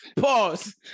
pause